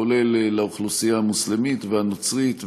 כולל לאוכלוסייה המוסלמית והנוצרית ואחרים.